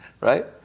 Right